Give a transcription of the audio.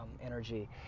energy